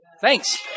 Thanks